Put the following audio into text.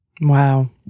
Wow